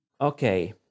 Okay